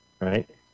right